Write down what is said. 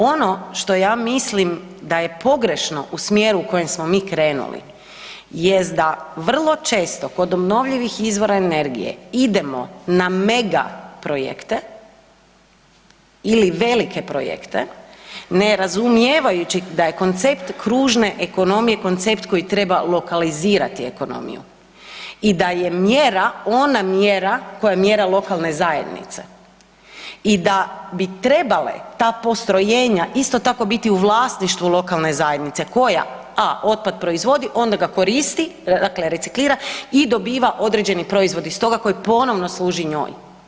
Ono što ja mislim da je pogrešno u smjeru u kojem smo mi krenuli, jest da vrlo često kod obnovljivih izvora energije idemo na mega projekte ili velike projekte, ne razumijevajući da je koncept kružne ekonomije koncept koji treba lokalizirati ekonomiju i da je mjera ona mjera koja je mjera lokalne zajednice i da bi trebale ta postrojenja isto tako, biti u vlasništvu lokalne zajednice koja a, otpad proizvodi, onda ga koristi, dakle reciklira i dobiva određeni proizvod iz toga koji ponovno služi njoj.